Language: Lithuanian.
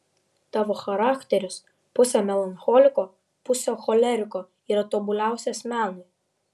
tavo charakteris pusė melancholiko pusė choleriko yra tobuliausias menui